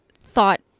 thought